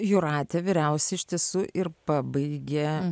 jūratė vyriausiu ištisu ir pabaigia